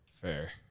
Fair